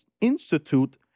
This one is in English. institute